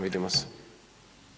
Vidimo se.